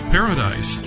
Paradise